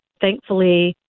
Thankfully